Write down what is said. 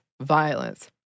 violence